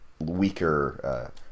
weaker